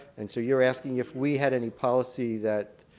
and so you're asking if we had any policy that